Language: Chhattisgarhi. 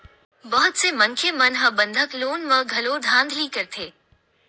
बहुत से मनखे मन ह बंधक लोन म घलो धांधली करथे